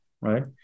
right